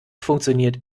funktioniert